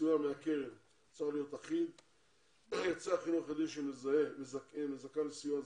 וסיוע מהקרן צריך להיות אחיד ליוצאי החינוך החרדי שזכאי לסיוע,